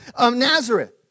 Nazareth